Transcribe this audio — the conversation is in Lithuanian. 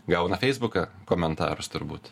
gauna feisbuką komentarus turbūt